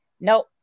Nope